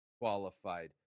qualified